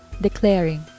declaring